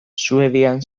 suedian